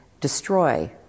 destroy